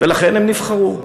ולכן הם נבחרו.